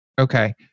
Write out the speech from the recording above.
okay